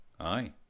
aye